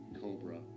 Cobra